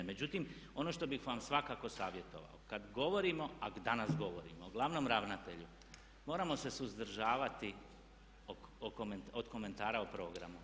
Međutim, ono što bih vam svakako savjetovao kad govorimo, a danas govorimo o glavnom ravnatelju moramo se suzdržavati od komentara o programu.